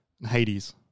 Hades